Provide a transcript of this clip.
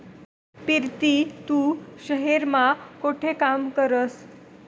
पिरती तू शहेर मा कोठे काम करस?